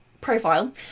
Profile